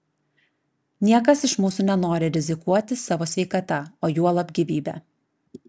niekas iš mūsų nenori rizikuota savo sveikata o juolab gyvybe